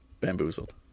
bamboozled